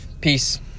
peace